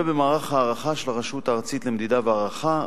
במערך הערכה של הרשות הארצית למדידה והערכה,